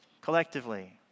collectively